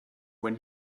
when